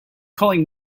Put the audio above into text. calling